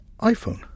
iPhone